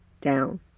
down